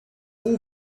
all